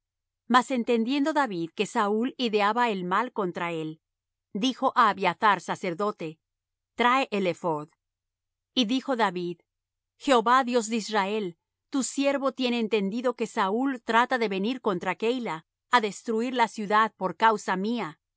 mas entendiendo david que saúl ideaba el mal contra él dijo á abiathar sacerdote trae el ephod y dijo david jehová dios de israel tu siervo tiene entendido que saúl trata de venir contra keila á destruir la ciudad por causa mía